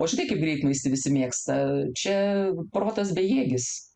o žinai kaip greitmaistį visi mėgsta čia protas bejėgis